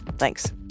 Thanks